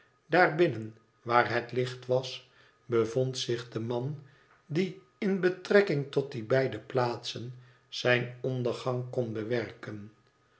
binnen waar het licht was bevond zich de man die in betrekking tot die beide plaatsen zijn ondergang kon bewerken